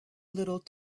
little